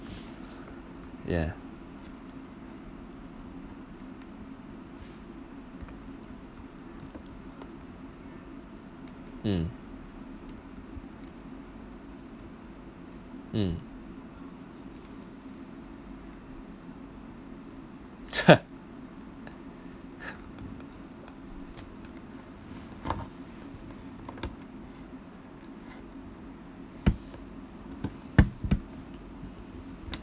ya mm mm